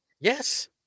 Yes